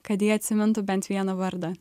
kad jie atsimintų bent vieną vardą